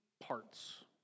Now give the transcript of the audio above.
parts